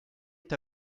est